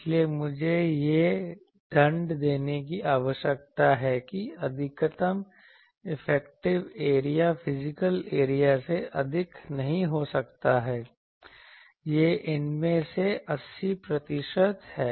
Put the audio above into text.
इसलिए मुझे यह दंड देने की आवश्यकता है कि अधिकतम इफेक्टिव एरिया फिजिकल एरिया से अधिक नहीं हो सकता है यह इनमें से 80 प्रतिशत है